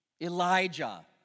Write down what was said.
Elijah